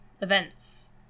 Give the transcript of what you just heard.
Events